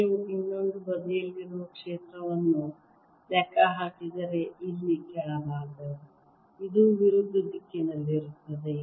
ನೀವು ಇನ್ನೊಂದು ಬದಿಯಲ್ಲಿರುವ ಕ್ಷೇತ್ರವನ್ನು ಲೆಕ್ಕ ಹಾಕಿದರೆ ಇಲ್ಲಿ ಕೆಳಭಾಗ ಇದು ವಿರುದ್ಧ ದಿಕ್ಕಿನಲ್ಲಿರುತ್ತದೆ